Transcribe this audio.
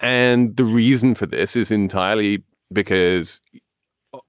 and the reason for this is entirely because